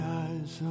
eyes